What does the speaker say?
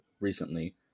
recently